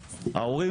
ההורים,